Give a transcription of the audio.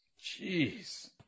Jeez